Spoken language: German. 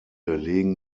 legen